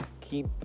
keep